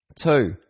two